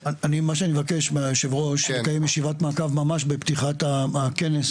מה שאני מבקש מיושב הראש לקיים ישיבת מעקב ממש בפתיחת הכנס,